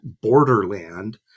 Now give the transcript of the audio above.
borderland